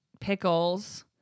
Pickles